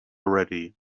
ready